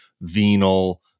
venal